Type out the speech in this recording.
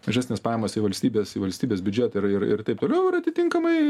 mažesnės pajamos į valstybės į valstybės biudžetą ir ir taip toliau ir atitinkamai